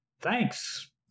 Thanks